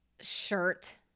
shirt